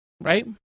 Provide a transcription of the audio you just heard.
right